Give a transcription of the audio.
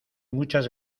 muchas